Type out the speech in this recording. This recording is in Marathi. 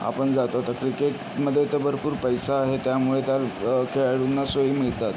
आपण जातो आता क्रिकेटमध्ये तर भरपूर पैसा आहे त्यामुळं त्या खेळाडूंना सोयी मिळतात